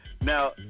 Now